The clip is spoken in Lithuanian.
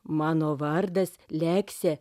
mano vardas leksė